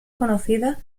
conocida